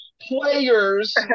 players